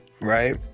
right